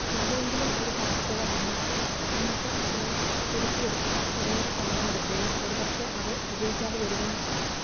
എവിടെ എങ്കിലും ഒരു പാകപ്പിഴ വന്നാൽ നമുക്ക് അതിനെ തിരുത്തിയെടുക്കാൻ കുറെ ഏറെ സമയമെടുക്കുകയും ഒരു പക്ഷേ അത് വിജയിക്കാതെ വരുകയും ചെയ്യും